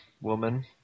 woman